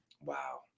Wow